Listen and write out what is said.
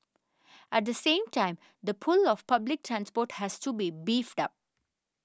at the same time the pull of public transport has to be beefed up